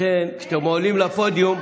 לכן, כשאתם עולים לפודיום,